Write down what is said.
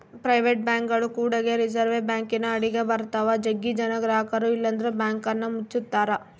private ಬ್ಯಾಂಕ್ಗಳು ಕೂಡಗೆ reserve ಬ್ಯಾಂಕಿನ ಅಡಿಗ ಬರುತ್ತವ, ಜಗ್ಗಿ ಜನ ಗ್ರಹಕರು ಇಲ್ಲಂದ್ರ ಬ್ಯಾಂಕನ್ನ ಮುಚ್ಚುತ್ತಾರ